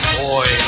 boy